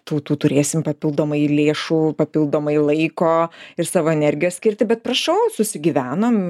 tų tų turėsim papildomai lėšų papildomai laiko ir savo energijos skirti bet prašau susigyvenom